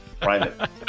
private